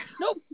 Nope